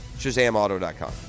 ShazamAuto.com